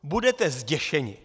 Budete zděšeni.